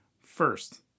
First